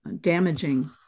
damaging